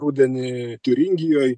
rudenį turingijoj